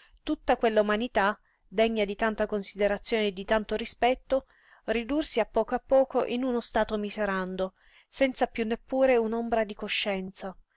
tutta quella umanità degna di tanta considerazione e di tanto rispetto ridursi a poco a poco in uno stato miserando senza piú neppure un'ombra di coscienza